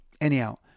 Anyhow